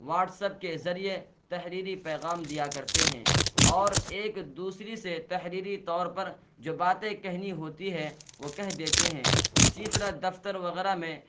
what's up کے ذریعے تحریری کام دیا کرتے ہیں اور ایک دوسری سے تحریری طور پر جو باتیں کہنی ہوتی ہے وہ کہہ دیتے ہیں اسی طرح دفتر وغیرہ میں